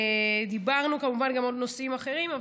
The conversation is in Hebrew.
דיברנו כמובן גם על נושאים אחרים,